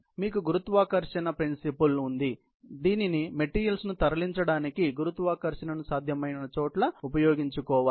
మీకు గురుత్వాకర్షణ సూత్రం ఉంది కాబట్టి మెటీరియల్ ను తరలించడానికి గురుత్వాకర్షణను సాధ్యమైన చోట్ల ఉపయోగించుకోవాలి